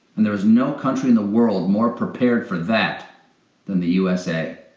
and there is no country in the world more prepared for that than the u s a.